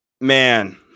man